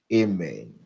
amen